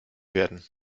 werden